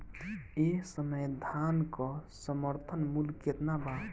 एह समय धान क समर्थन मूल्य केतना बा?